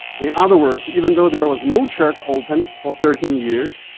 in other words, even though there was no church open for thirteen years,